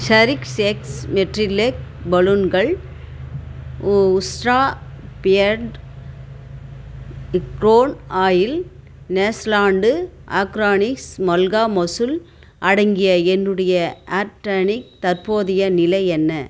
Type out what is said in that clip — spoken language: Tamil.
ஷெரிக்ஸ் சேக்ஸ் மெட்ரிலேக் பலூன்கள் உ உஸ்ட்ரா பியர்ட் இக்ரோன் ஆயில் நேச்சர்லாண்டு ஆர்கானிக்ஸ் மல்கா மசூல் அடங்கிய என்னுடைய ஆர்டனின் தற்போதைய நிலை என்ன